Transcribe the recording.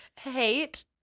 hate